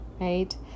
right